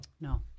No